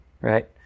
right